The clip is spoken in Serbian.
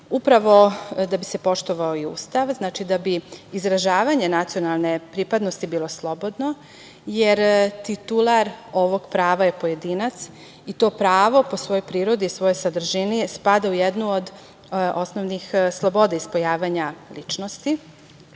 Upravo da bi se poštovao Ustav. Znači, da bi izražavanje nacionalne pripadnosti bilo slobodno, jer titular ovog prava je pojedinac i to pravo, po svojoj prirodi, svojoj sadržini spada u jednu od osnovnih sloboda ispoljavanja ličnosti. Moramo